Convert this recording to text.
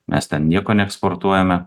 mes ten nieko neeksportuojame